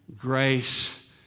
grace